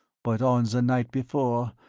but on the night before,